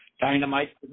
dynamite